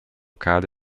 cade